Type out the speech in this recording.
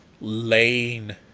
lane